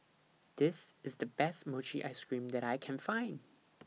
This IS The Best Mochi Ice Cream that I Can Find